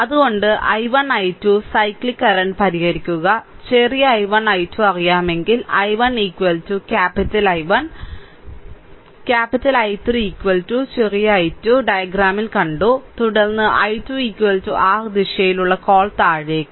I1 I2 cyclic current പരിഹരിക്കുക ചെറിയ I1 I2 അറിയാമെങ്കിൽ I1 ക്യാപിറ്റൽ I1 ചെറിയ I1 ക്യാപിറ്റൽ I3 ചെറിയ I2 ഡയഗ്രാമിൽ കണ്ടു തുടർന്ന് I2 r ദിശയിലുള്ള കോൾ താഴേക്ക്